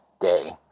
day